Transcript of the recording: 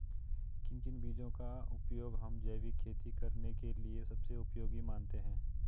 किन किन बीजों का उपयोग हम जैविक खेती करने के लिए सबसे उपयोगी मानते हैं?